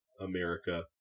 America